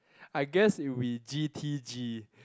I guess it would be G_T_G